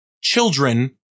children